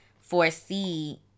foresee